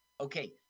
Okay